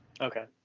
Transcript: okay